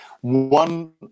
one